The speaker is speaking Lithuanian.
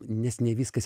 nes ne viskas